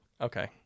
Okay